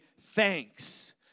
thanks